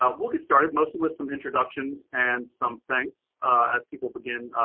ah we'll get started, mostly with some introductions and some thanks as people begin,